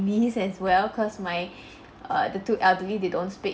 as well cause my err the two elderly they don't speak